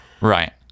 Right